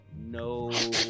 No